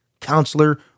counselor